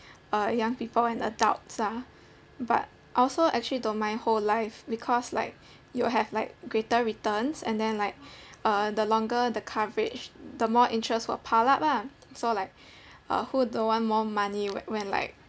uh young people and adults ah but I also actually don't mind whole life because like you have like greater returns and then like uh the longer the coverage the more interest will pile up lah so like uh who don't want more money w~ when like